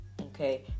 okay